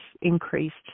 increased